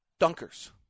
Dunkers